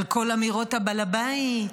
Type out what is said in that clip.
על כל האמירות בעל הבית,